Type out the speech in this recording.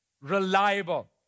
reliable